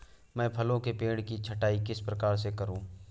मैं फलों के पेड़ की छटाई किस प्रकार से करूं?